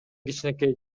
кичинекей